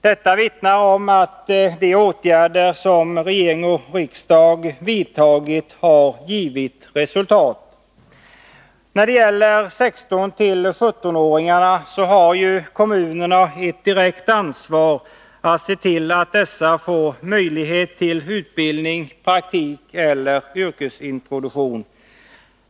Detta vittnar om att de åtgärder som regering och riksdag har vidtagit har givit resultat. När det gäller 16-17-åringarna har kommunerna ett direkt ansvar för att se till att de får möjlighet till utbildning, praktik eller yrkesintroduktion.